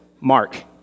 Mark